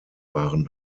waren